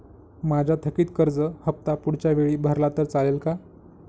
माझा थकीत कर्ज हफ्ता पुढच्या वेळी भरला तर चालेल का?